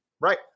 Right